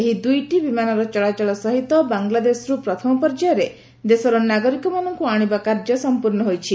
ଏହି ଦୁଇଟି ବିମାନର ଚଳାଚଳ ସହିତ ବାଂଲାଦେଶରୁ ପ୍ରଥମ ପର୍ଯ୍ୟାୟରେ ଦେଶର ନାଗରିକମାନଙ୍କୁ ଆଶିବା କାର୍ଯ୍ୟ ସଂପୂର୍ଣ୍ଣ ହୋଇଛି